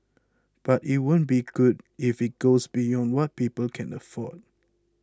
but it won't be good if it goes beyond what people can afford